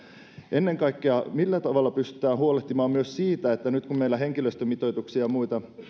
ennen kaikkea millä tavalla pystytään huolehtimaan myös siitä että nyt kun meillä henkilöstömitoituksia ja muita